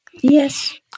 Yes